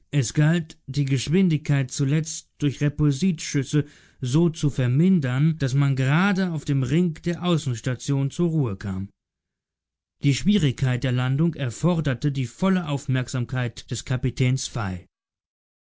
es galt die geschwindigkeit zuletzt durch repulsitschüsse so zu vermindern daß man gerade auf dem ring der außenstation zur ruhe kam die schwierigkeit der landung erforderte die volle aufmerksamkeit des kapitäns